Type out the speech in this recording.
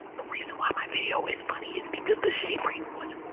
the reason why my video is funny is because the shade range was,